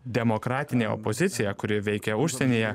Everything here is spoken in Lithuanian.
demokratinė opozicija kuri veikia užsienyje